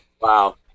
Wow